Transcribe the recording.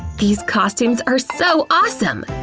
these costumes are so awesome.